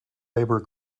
labor